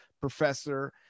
professor